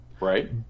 Right